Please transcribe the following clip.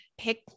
pick